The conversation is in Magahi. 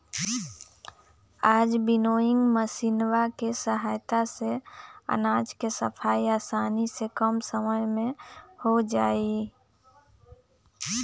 आज विन्नोइंग मशीनवा के सहायता से अनाज के सफाई आसानी से कम समय में हो जाहई